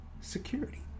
security